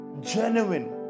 genuine